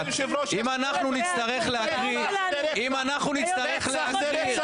אם אנחנו נצטרך להקריא --- רצח זה רצח,